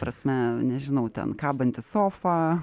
prasme nežinau ten kabanti sofa